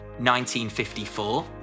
1954